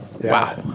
wow